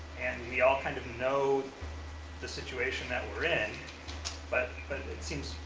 and we all kind of know the situation that we're in in but but it seems,